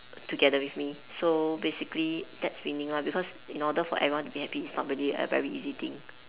together with me so basically that's winning lah because in order for everyone to be happy it's not really a very easy thing